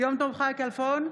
יום טוב חי כלפון,